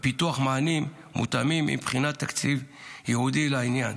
ופיתוח מענים מותאמים עם בחינת תקציב ייעודי לעניין.